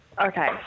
Okay